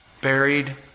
buried